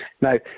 Now